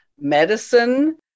medicine